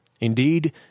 Indeed